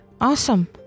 Awesome